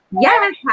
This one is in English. Yes